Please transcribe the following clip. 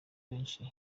benshi